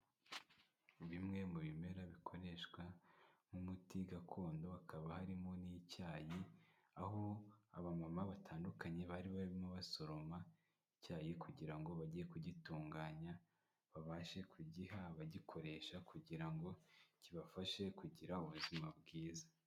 Bimwe mu bimera bikoreshwa nk'umuti gakondo, hakaba harimo n'icyayi aho abamama batandukanye, bari barimo basoroma icyayi kugira ngo bajye kugitunganya, babashe kugiha abagikoresha kugira ngo kibafashe kugira ubuzima bwiza.